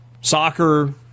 soccer